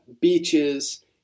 beaches